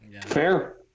Fair